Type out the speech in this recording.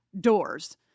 doors